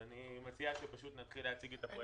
אני מציע שפשוט נתחיל להציג את הפרויקטים.